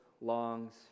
longs